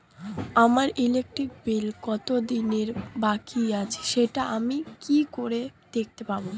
আমার electric bill কত দিনের বাকি আছে সেটা আমি কি করে দেখতে পাবো?